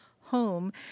Home